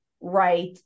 right